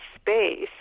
space